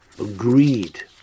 agreed